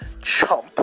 Chump